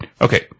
Okay